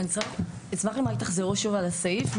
אשמח שתחזרו על הסעיף,